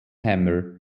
hammer